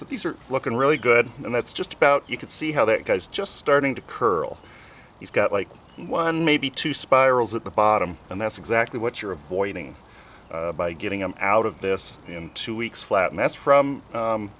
but these are looking really good and that's just about you can see how that has just starting to curl he's got like one maybe two spirals at the bottom and that's exactly what you're avoiding by getting him out of this in two weeks flat and that's from